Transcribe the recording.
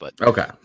Okay